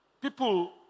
People